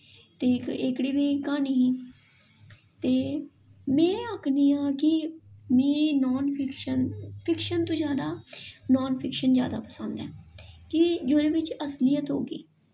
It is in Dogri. ते इक एह्कड़ी बी क्हानी ही ते में आक्खनी आं के में नॉन फिक्शन फिक्शन तो जादा नॉन फिक्शन जादा पसंद ऐ कि जेह्दे बिच्च असलियत होगी